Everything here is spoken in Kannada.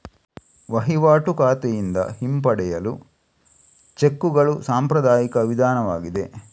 ವಹಿವಾಟು ಖಾತೆಯಿಂದ ಹಿಂಪಡೆಯಲು ಚೆಕ್ಕುಗಳು ಸಾಂಪ್ರದಾಯಿಕ ವಿಧಾನವಾಗಿದೆ